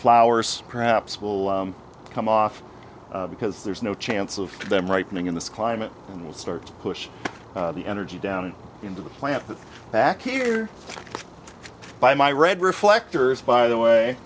flowers perhaps will come off because there's no chance of them right wing in this climate and will start to push the energy down into the plant back here by my red reflectors by the way